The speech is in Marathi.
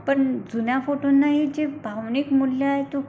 पण जुन्या फोटोंनाही जे भावनिक मूल्य आहे तो